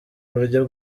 buryo